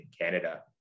Canada